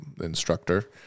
instructor